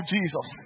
Jesus